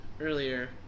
earlier